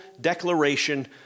declaration